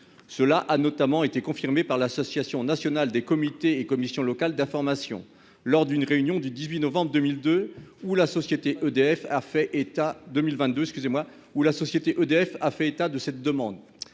Cela a notamment été confirmé par l'Association nationale des comités et commissions locales d'information, lors d'une réunion du 18 novembre 2022 au cours de laquelle la société EDF a fait état de cette demande.